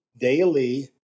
daily